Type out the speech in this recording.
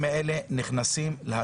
אני מתחיל את ישיבת ועדת הכנסת.